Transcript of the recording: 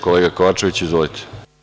Kolega Kovačeviću, izvolite.